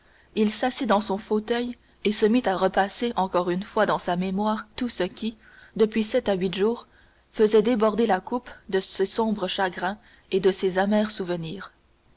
il s'assit dans son fauteuil et se mit à repasser encore une fois dans sa mémoire tout ce qui depuis sept à huit jours faisait déborder la coupe de ses sombres chagrins et de ses amers souvenirs